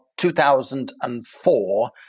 2004